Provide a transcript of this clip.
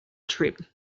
trip